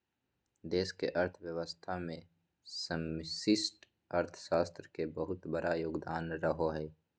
देश के अर्थव्यवस्था मे समष्टि अर्थशास्त्र के बहुत बड़ा योगदान रहो हय